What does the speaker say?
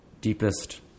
deepest